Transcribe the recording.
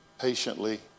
patiently